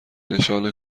نشان